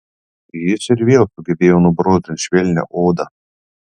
jis ir vėl sugebėjo nubrozdint švelnią odą